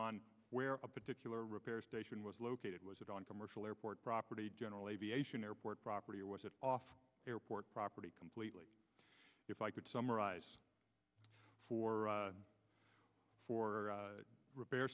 on where a particular repair station was located was it on commercial airport property general aviation airport property or was it off airport property completely if i could summarize for for repair